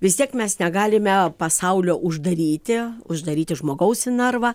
vis tiek mes negalime pasaulio uždaryti uždaryti žmogaus į narvą